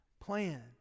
plan